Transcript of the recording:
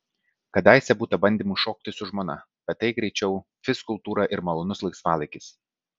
kadaise būta bandymų šokti su žmona bet tai greičiau fizkultūra ir malonus laisvalaikis